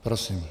Prosím.